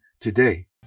today